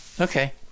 okay